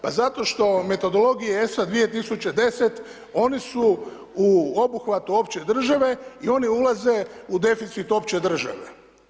Pa zato što metodologije ESA 2010. oni su u obuhvatu opće države i oni ulaze u deficit opće države.